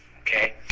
Okay